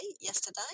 yesterday